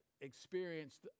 experienced